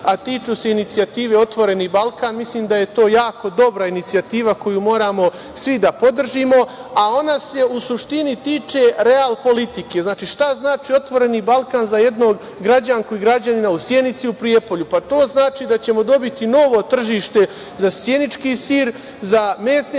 a tiču se inicijative „Otvoreni Balkan“. Mislim da je to jako dobra inicijativa koju moramo svi da podržimo, a ona se, u suštini tiče realpolitike. Šta znači „Otvoreni Balkan“ za jednu građanku i građanina u Sjenici i u Prijepolju? To znači da ćemo dobiti novo tržište za sjenički sir, za mesne